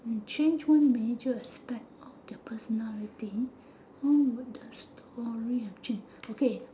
and change one major aspect of their personalty how would the story have changed okay